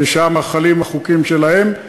ששם חלים החוקים שלהם,